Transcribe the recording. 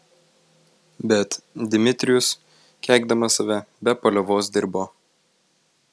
bet dmitrijus keikdamas save be paliovos dirbo